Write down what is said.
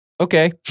Okay